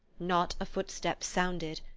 not a footstep sounded,